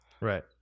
Right